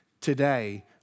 today